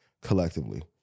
collectively